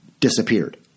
disappeared